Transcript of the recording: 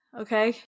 okay